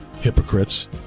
Hypocrites